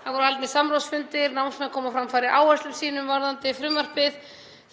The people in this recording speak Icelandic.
Það voru haldnir samráðsfundir, námsmenn komu á framfæri áherslum sínum varðandi frumvarpið,